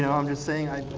and i'm just saying